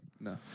No